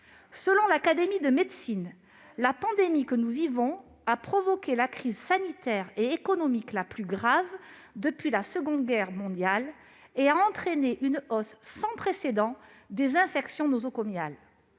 Selon l'Académie nationale de médecine, la pandémie que nous vivons a provoqué la crise sanitaire et économique la plus grave depuis la Seconde Guerre mondiale et a entraîné une hausse sans précédent des infections nosocomiales.